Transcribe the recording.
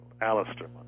Alistair